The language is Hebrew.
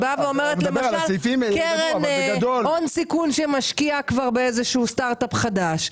היא אומרת למשל קרן הון סיכון שמשקיע באיזה סטארט אפ חדש.